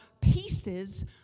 pieces